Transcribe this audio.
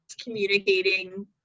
communicating